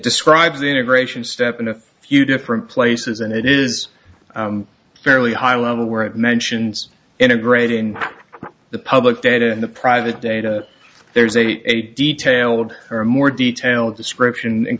describes the integration step in a few different places and it is fairly high level where it mentions integrating the public data and the private data there's a detailed or more detailed description in